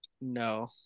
no